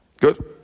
Good